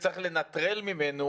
וצריך לנטרל ממנו